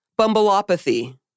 Bumbleopathy